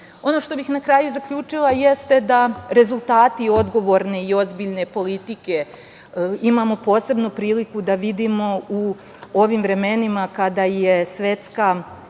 što bih na kraju zaključila jeste da rezultati odgovorne i ozbiljne politike, imamo posebno priliku da vidimo u ovim vremenima kada je svetska